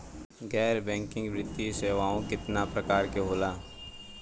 गैर बैंकिंग वित्तीय सेवाओं केतना प्रकार के होला?